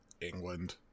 England